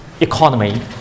economy